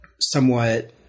somewhat